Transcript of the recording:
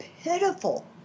pitiful